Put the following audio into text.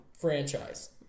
franchise